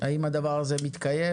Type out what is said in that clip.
האם הדבר הזה מתקיים.